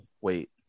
wait